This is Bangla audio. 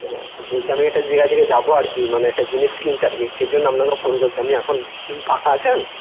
হ্যাঁ বলছি আমি একটা জায়গা থেকে যাবো আর কি মানে একটা জিনিস কিনতে আর কি সেই জন্য আপনাকে ফোন করছি আপনি এখন ফাঁকা আছেন